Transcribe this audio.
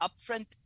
upfront